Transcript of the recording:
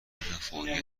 فوری